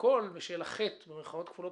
והכול בשל החטא במירכאות כפולות